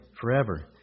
forever